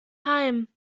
heim